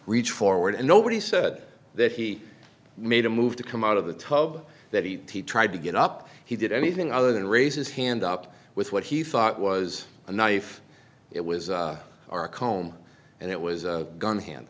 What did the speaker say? reach forward and nobody said that he made a move to come out of the tub that he tried to get up he did anything other than raises hand up with what he thought was a knife it was our comb and it was a gun hand